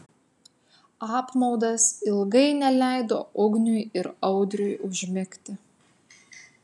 apmaudas ilgai neleido ugniui ir audriui užmigti